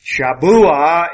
Shabuah